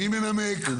מי מנמק?